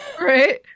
Right